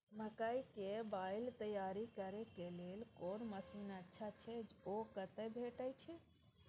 मकई के बाईल तैयारी करे के लेल कोन मसीन अच्छा छै ओ कतय भेटय छै